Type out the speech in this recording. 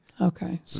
Okay